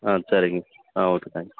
ஆ சரிங்க ஆ okay thank you